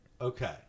Okay